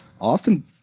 Austin